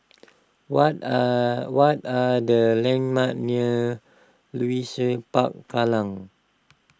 what are what are the landmarks near Leisure Park Kallang